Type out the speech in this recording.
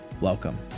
Welcome